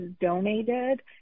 donated